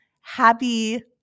happy